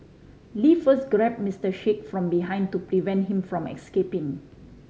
Lee first grabbed Mister Sheikh from behind to prevent him from escaping